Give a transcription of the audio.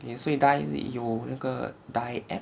K 所以 die 有那个 dieb